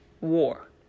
war